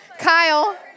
Kyle